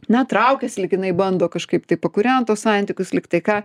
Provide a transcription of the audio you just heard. na traukias lyg jinai bando kažkaip taip pakūrent tuos santykius lyg tai ką